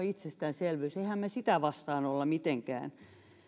itsestäänselvyys emmehän me sitä vastaan ole mitenkään